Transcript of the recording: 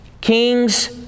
King's